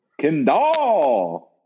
Kendall